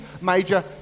major